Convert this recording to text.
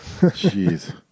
Jeez